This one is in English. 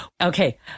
Okay